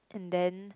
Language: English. and then